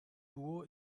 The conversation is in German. duo